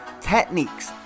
techniques